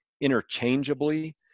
interchangeably